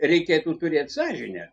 reikėtų turėt sąžinę